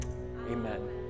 amen